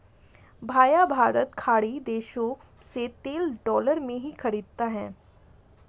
भैया भारत खाड़ी देशों से तेल डॉलर में ही खरीदता है